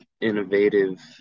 innovative